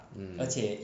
mm